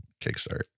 kickstart